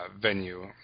venue